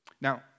Now